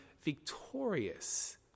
victorious